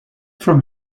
from